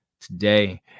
today